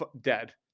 dead